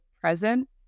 present